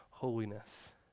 holiness